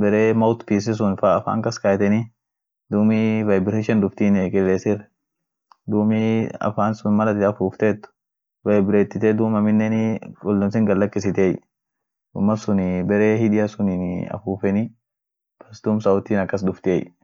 vibrationi mal ishi geesenie ishinii woni sun fuudeni naf wonisuni kaskaaaeni, dumii sauti sunii amplicationit midaas. duum wayan sun sauti. dufaan, akas sauti dufaan.